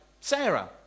Sarah